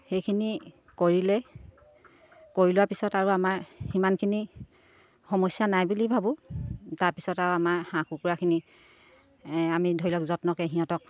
সেইখিনি কৰিলে কৰি লোৱাৰ পিছত আৰু আমাৰ সিমানখিনি সমস্যা নাই বুলি ভাবোঁ তাৰপিছত আৰু আমাৰ হাঁহ কুকুৰাখিনি আমি ধৰি লওক যত্নকে সিহঁতক